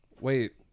Wait